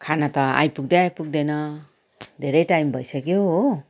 खाना त आइपुग्दै आइपुग्दैन धेरै टाइम भइसक्यो हो